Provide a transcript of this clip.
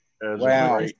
Wow